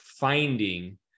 Finding